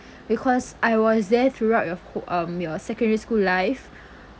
because I was there throughout your um your secondary school life